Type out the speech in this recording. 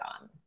on